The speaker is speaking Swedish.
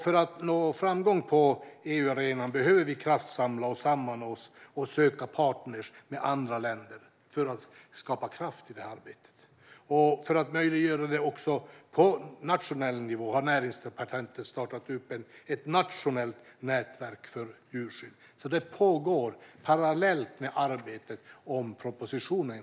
För att nå framgång på EU-arenan behöver vi kraftsamla oss och söka samarbetspartner med andra länder för att skapa kraft i det arbetet. För att möjliggöra detta också på nationell nivå har Näringsdepartementet startat upp ett nationellt nätverk för djurskydd. Allt detta och en hel del annat arbete pågår parallellt med arbetet med propositionen.